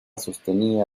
sostenía